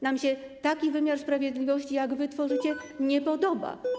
Nam się taki wymiar sprawiedliwości, jak wy tworzycie, nie podoba.